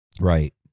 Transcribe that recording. right